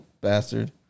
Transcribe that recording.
bastard